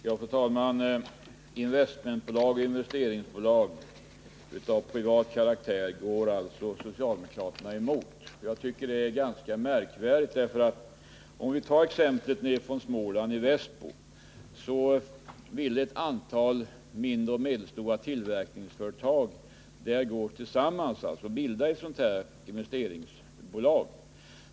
Fru talman! Investmentbolag och investeringsbolag av privat karaktär går alltså socialdemokraterna emot, och jag tycker det är ganska anmärkningsvärt. Jag kan ta exemplet från Småland, där ett antal mindre och medelstora tillverkningsföretag ville gå tillsammans och bilda ett sådant investeringsbolag.